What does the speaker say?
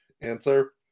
answer